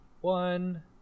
One